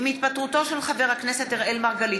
עם התפטרותו של חבר הכנסת אראל מרגלית,